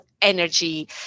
Energy